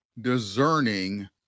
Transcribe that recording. discerning